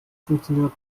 funktioniert